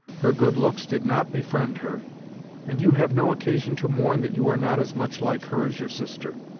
her good looks did not befriend her and you have no occasion to mourn that you are not as much like her as your sister.